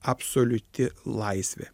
absoliuti laisvė